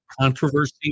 Controversy